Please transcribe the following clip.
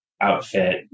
outfit